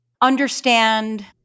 understand